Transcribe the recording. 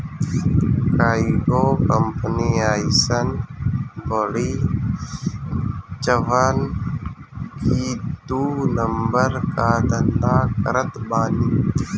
कईगो कंपनी अइसन बाड़ी जवन की दू नंबर कअ धंधा करत बानी